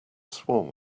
swarm